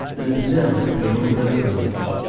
and now, beyond rannegunj,